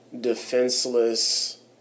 defenseless